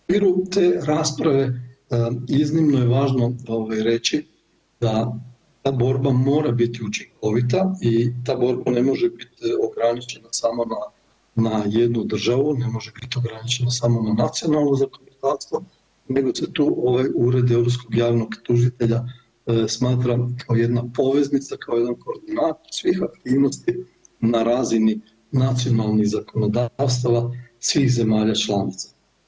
U okviru te rasprave iznimno je važno reći da ta borba mora biti učinkovita i ta borba ne može biti ograničena samo na jednu državu, ne može bit ograničena samo na nacionalno zakonodavstvo nego se tu ovaj, Ured europskog javnog tužitelja smatra kao jedna poveznica, kao jedan koordinator svih aktivnosti na razini nacionalnih zakonodavstava svih zemalja članica.